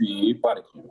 py partijų